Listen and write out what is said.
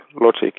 logic